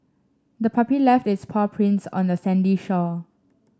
the puppy left its paw prints on the sandy shore